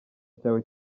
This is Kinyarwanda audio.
cyawe